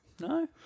No